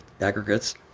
aggregates